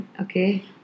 okay